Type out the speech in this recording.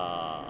err